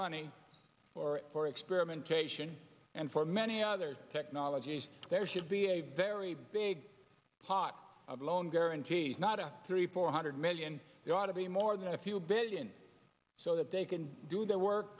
money or for experimentation and for many other technologies there should be a very big pot of loan guarantees not a three four hundred million there ought to be more than a few billion so that they can do their work